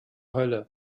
hölle